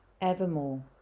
evermore